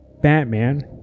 Batman